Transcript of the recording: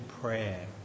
prayer